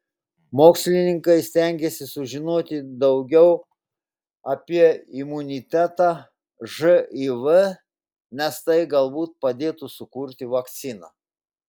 mokslininkai stengiasi sužinoti daugiau apie imunitetą živ nes tai galbūt padėtų sukurti vakciną